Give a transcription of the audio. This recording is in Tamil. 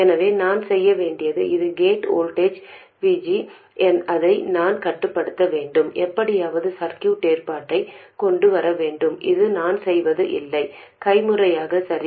எனவே நான் செய்ய வேண்டியது இது கேட் வோல்டேஜ் VG அதை நான் கட்டுப்படுத்த வேண்டும் எப்படியாவது சர்க்யூட் ஏற்பாட்டைக் கொண்டு வர வேண்டும் இது நான் செய்வது இல்லை கைமுறையாக சரி